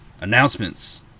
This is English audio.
announcements